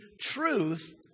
truth